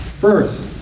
First